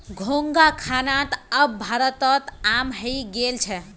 घोंघा खाना त अब भारतत आम हइ गेल छ